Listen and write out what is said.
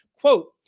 quote